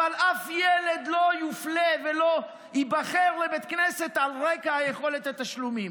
אבל אף ילד לא יופלה ולא ייבחר לבית ספר על רקע יכולת התשלומים,